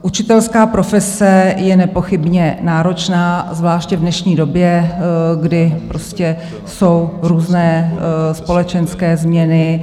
Učitelská profese je nepochybně náročná, zvláště v dnešní době, kdy jsou různé společenské změny.